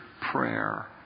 prayer